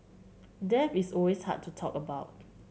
death is always hard to talk about